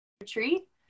retreat